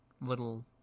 little